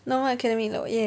normal academic load yeah